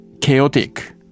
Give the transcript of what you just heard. chaotic